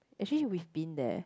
actually we've been there